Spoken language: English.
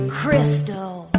crystal